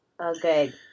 Okay